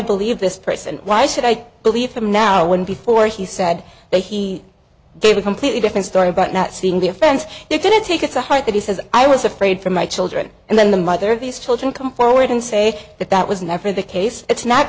believe this person why should i believe them now when before he said that he gave a completely different story about not seeing the offense it didn't take it to heart that he says i was afraid for my children and then the mother of these children come forward and say that that was never the case it's not